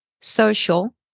social